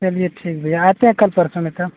चलिए ठीक भैया आते हैं कल परसों में तो